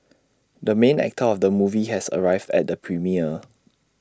the main actor of the movie has arrived at the premiere